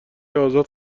ازاد